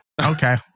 okay